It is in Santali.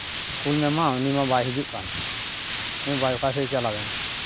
ᱠᱩᱞ ᱢᱮ ᱢᱟ ᱩᱱᱤ ᱢᱟ ᱵᱟᱭ ᱦᱤᱡᱩᱜ ᱠᱟᱱ ᱩᱱᱤ ᱵᱟ ᱚᱠᱟ ᱥᱮᱫᱼᱮ ᱪᱟᱞᱟᱣ ᱮᱱ